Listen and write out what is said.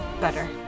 better